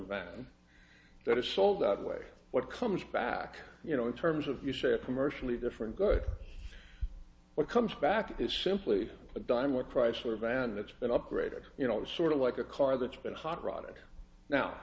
van that is sold out way what comes back you know in terms of you say a commercially different good what comes back is simply a dime with chrysler van that's been upgraded you know sort of like a car that's been hot rodded now